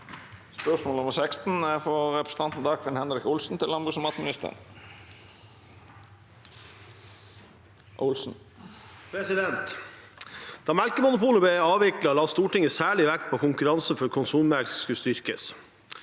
«Da melke- monopolet ble avviklet, la Stortinget særlig vekt på at konkurransen for konsummelk skulle styrkes.